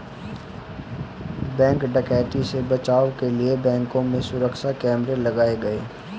bank डकैती से बचाव के लिए बैंकों में सुरक्षा कैमरे लगाये गये